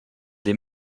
des